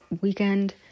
weekend